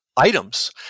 Items